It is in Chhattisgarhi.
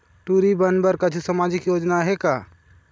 टूरी बन बर कछु सामाजिक योजना आहे का?